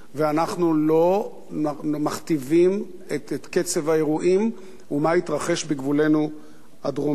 ואנחנו לא מכתיבים את קצב האירועים ומה יתרחש בגבולנו הדרומי.